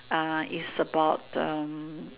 uh it's about um